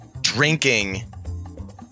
drinking